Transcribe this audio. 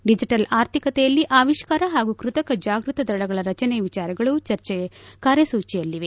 digital ಆರ್ಥಿಕತೆಯಲ್ಲಿ ಆವಿಷ್ಕಾರ ಹಾಗೂ ಕೃತಕ ಜಾಗ್ಬತ ದಳಗಳ ರಚನೆ ವಿಚಾರಗಳು ಚರ್ಚೆಯ ಕಾರ್ಯಸೂಚಿಯಲ್ಲಿವೆ